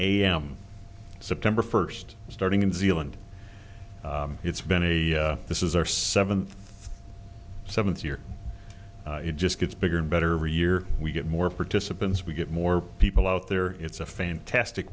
a m september first starting in zealand it's been a this is our seventh seventh year it just gets bigger and better every year we get more participants we get more people out there it's a fantastic